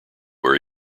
where